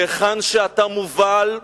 להיכן שאתה מובל,